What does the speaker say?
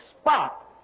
spot